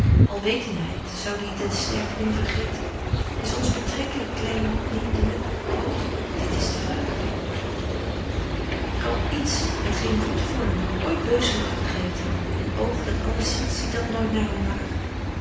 alwetenheid zou die den sterveling vergeten is ons betreklyk kleen niet groot dit is de vraag kan iets het geen g o d vormde ooit beuzelagtig heten een oog dat alles ziet ziet dat nooit naar omlaag